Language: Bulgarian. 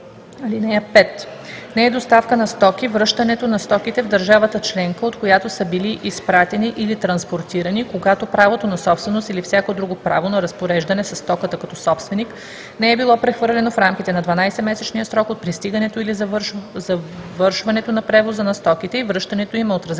срок. (5) Не е доставка на стоки връщането на стоките в държавата членка, от която са били изпратени или транспортирани, когато правото на собственост или всяко друго право на разпореждане със стоката като собственик не е било прехвърлено в рамките на 12-месечния срок от пристигането или завършването на превоза на стоките и връщането им е отразено